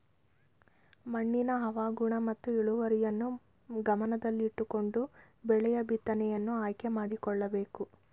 ಮಣ್ಣಿನ ಹವಾಗುಣ ಮತ್ತು ಇಳುವರಿಯನ್ನು ಗಮನದಲ್ಲಿಟ್ಟುಕೊಂಡು ಬೆಳೆಯ ಬಿತ್ತನೆಯನ್ನು ಆಯ್ಕೆ ಮಾಡಿಕೊಳ್ಳಬೇಕು